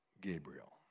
Gabriel